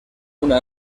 una